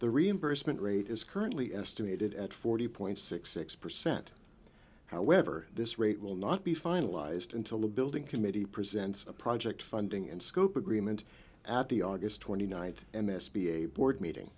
the reimbursement rate is currently estimated at forty point six six percent however this rate will not be finalized until the building committee presents a project funding and scope agreement at the aug twenty ninth and s b a board meeting